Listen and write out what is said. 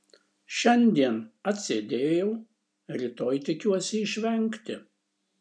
šiandien atsėdėjau rytoj tikiuosi išvengti